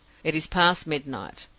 it is past midnight.